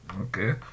okay